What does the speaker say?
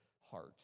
heart